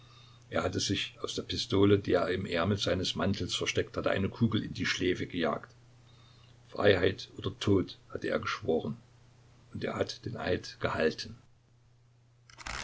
er hatte sich aus der pistole die er im ärmel seines mantels versteckt hatte eine kugel in die schläfe gejagt freiheit oder tod hatte er geschworen und er hat den eid gehalten